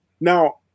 Now